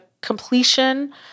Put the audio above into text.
completion